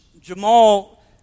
Jamal